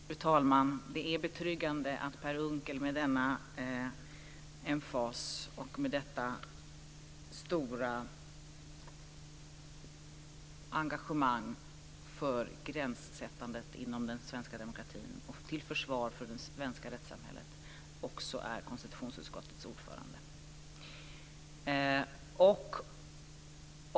Fru talman! Det är betryggande att Per Unckel som med denna stora emfas och detta stora engagemang försvarar gränssättandet i den svenska demokratin och rättssamhället också är konstitutionsutskottets ordförande.